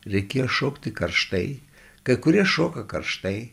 reikėjo šokti karštai kai kurie šoka karštai